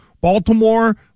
Baltimore